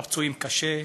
את הפצועים קשה,